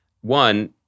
One